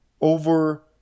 over